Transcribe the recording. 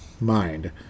mind